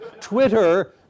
Twitter